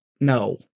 No